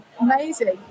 amazing